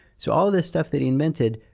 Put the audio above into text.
so, all this stuff that he invented,